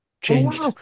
changed